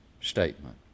statement